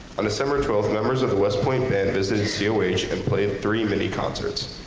on december twelfth, members of the west point band visited coh and played three mini concerts.